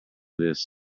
this